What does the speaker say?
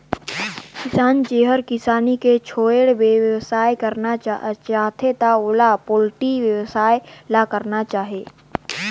किसान जेहर किसानी के छोयड़ बेवसाय करना चाहथे त ओला पोल्टी बेवसाय ल करना चाही